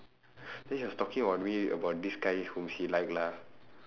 then she was talking about me about this guy whom she like lah